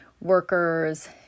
workers